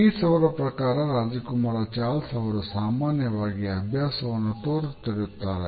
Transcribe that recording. piece ಅವರ ಪ್ರಕಾರ ರಾಜಕುಮಾರ ಚಾರ್ಲ್ಸ್ ಅವರು ಸಾಮಾನ್ಯವಾಗಿ ಅಭ್ಯಾಸವನ್ನು ತೋರುತ್ತಿರುತ್ತಾರೆ